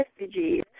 refugees